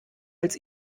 als